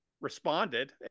responded